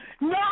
No